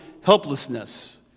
helplessness